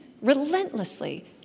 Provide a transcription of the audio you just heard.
relentlessly